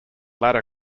ladder